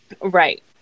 Right